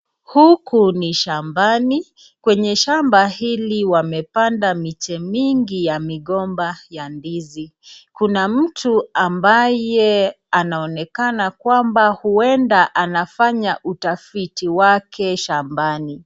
Huku ni shambani, kwenye shamba hili wamepanda miche mingi ya migomba ya ndizi. Kuna mtu ambaye anaonekana kwamba ueda anafanya utafiti wake shambani.